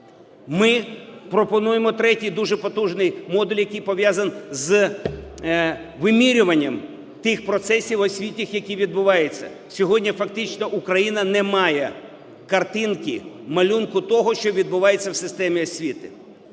Ми пропонуємо третій, дуже потужний модуль, який пов'язаний з вимірюванням тих процесів освітніх, які відбуваються. Сьогодні фактично Україна не має картинки, малюнку того, що відбувається в системі освіти,